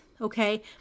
okay